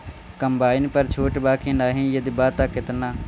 Combine पर छूट बा की नाहीं यदि बा त केतना?